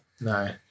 No